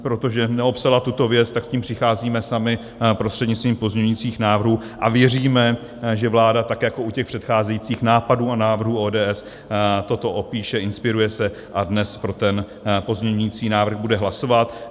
Protože neopsala tuto věc, tak s tím přicházíme sami prostřednictvím pozměňovacích návrhů a věříme, že vláda tak jako u těch předcházejících nápadů a návrhů ODS toto opíše, inspiruje se a dnes pro ten pozměňovací návrh bude hlasovat.